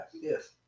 yes